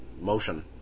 motion